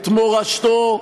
את מורשתו,